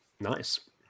nice